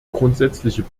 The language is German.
grundsätzliche